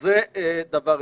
שנית,